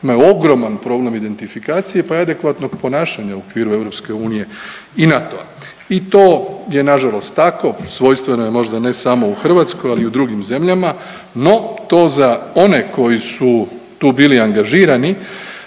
imaju ogroman problem identifikacije, pa i adekvatnog ponašanja u okviru EU i NATO-a i to je nažalost tako, svojstveno je možda ne samo u Hrvatskoj, ali i u drugim zemljama, no to za one koji su tu bili angažirani